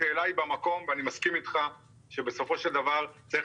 השאלה במקום ואני מסכים אתך שבסופו של דבר צריך